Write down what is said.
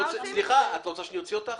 סליחה, את רוצה שאוציא אותך?